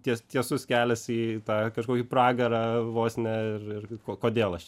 ties tiesus kelias į tą kažkokį pragarą vos ne ir ir kodėl aš